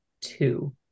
two